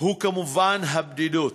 כמובן הבדידות.